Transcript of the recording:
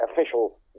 official